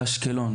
באשקלון.